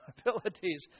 abilities